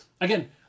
Again